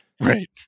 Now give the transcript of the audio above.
Right